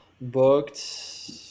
booked